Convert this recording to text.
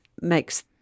makes